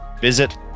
visit